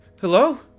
Hello